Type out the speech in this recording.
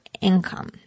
income